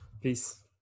Peace